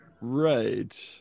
Right